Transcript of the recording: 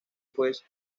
pues